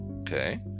okay